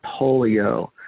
polio